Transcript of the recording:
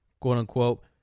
quote-unquote